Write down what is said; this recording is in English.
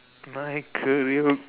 my career